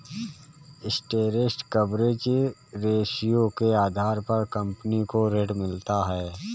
interest coverage ratio के आधार पर कंपनी को ऋण मिलता है